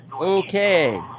Okay